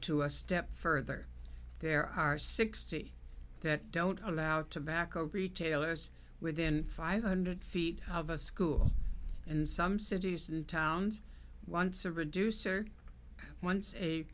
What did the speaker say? to a step further there are sixty that don't allow tobacco retailers within five hundred feet of a school and some cities and towns once a reducer once a